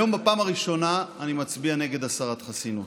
היום בפעם הראשונה אני מצביע נגד הסרת חסינות.